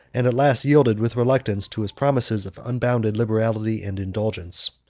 and at last yielded with reluctance to his promises of unbounded liberality and indulgence.